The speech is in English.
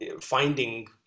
finding